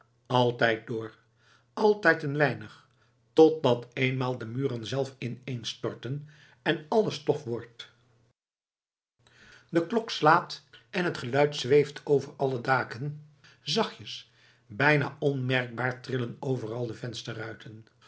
altijd door altijd een weinig totdat eenmaal de muren zelf ineenstorten en alles stof wordt de klok slaat en het geluid zweeft over alle daken zachtjes bijna onmerkbaar trillen overal de